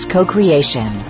Co-Creation